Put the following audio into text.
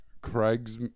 Craig's